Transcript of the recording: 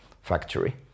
factory